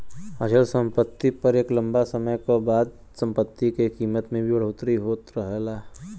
अचल सम्पति पर एक लम्बा समय क बाद सम्पति के कीमत में भी बढ़ोतरी होत रहला